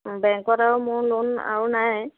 বেংকত আৰু মোৰ লোন আৰু নাই